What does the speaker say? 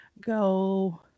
Go